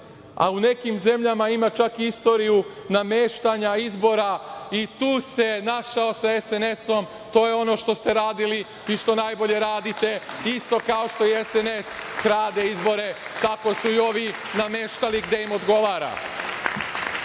a u nekim zemljama ima čak i istoriju nameštanja izbora. I tu se našao sa SNS. To je ono što ste radili i što najbolje radio, isto kao što i SNS krade izbore, tako su i ovi nameštali gde im odgovara. Iskustvo